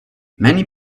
many